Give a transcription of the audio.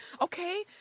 okay